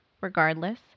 regardless